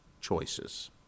choices